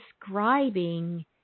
describing